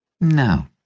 No